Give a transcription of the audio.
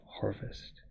harvest